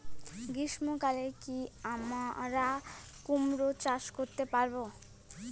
গ্রীষ্ম কালে কি আমরা কুমরো চাষ করতে পারবো?